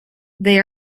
they